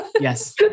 Yes